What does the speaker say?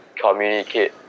communicate